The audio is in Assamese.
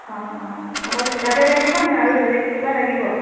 অঁ অঁ অকল কিতাপেই লাগিবনে আৰু বেলেগ কিবা লাগিব